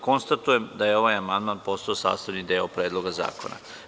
Konstatujem da je ovaj amandman postao sastavni deo Predloga zakona.